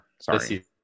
sorry